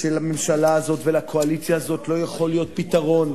שלממשלה הזאת ולקואליציה הזאת לא יכול להיות פתרון,